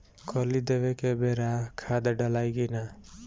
कली देवे के बेरा खाद डालाई कि न?